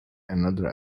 another